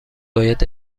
باید